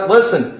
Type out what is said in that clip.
Listen